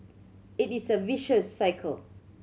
it is a vicious cycle